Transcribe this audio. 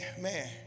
man